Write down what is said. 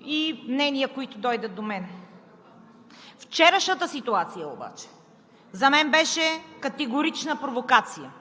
и мнения, които дойдат до мен. Вчерашната ситуация обаче за мен беше категорична провокация!